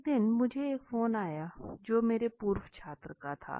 एक दिन मुझे एक फोन आया जो मेरे पूर्व छात्र का था